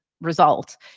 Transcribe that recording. result